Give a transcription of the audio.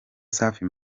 safi